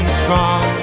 strong